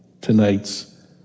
tonight's